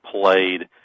played